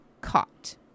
caught